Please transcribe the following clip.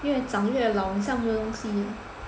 越长越老好像没有东西了